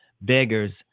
beggars